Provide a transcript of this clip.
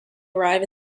arrive